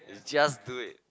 just do it